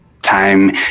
time